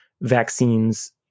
vaccines